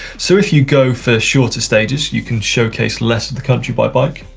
so if you go for shorter stages you can showcase less of the country by bike.